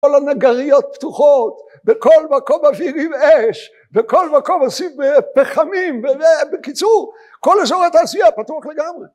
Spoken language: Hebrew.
כל הנגריות פתוחות, בכל מקום מפעילים אש, בכל מקום עושים פחמים, בקיצור, כל אזור התעשייה פתוח לגמרי.